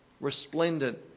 resplendent